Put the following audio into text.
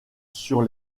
sur